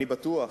אני בטוח,